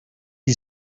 you